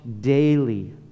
daily